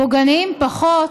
פוגעניים פחות,